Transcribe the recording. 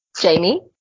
Jamie